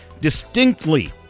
distinctly